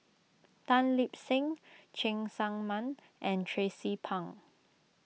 Tan Lip Seng Cheng Tsang Man and Tracie Pang